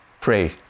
pray